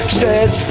says